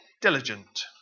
diligent